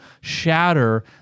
shatter